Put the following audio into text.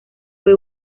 fue